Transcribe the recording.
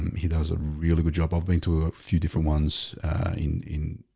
he does a really good job up into a few different ones in in